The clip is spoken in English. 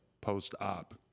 post-op